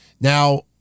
Now